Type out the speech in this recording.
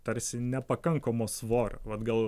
tarsi nepakankamo svorio vat gal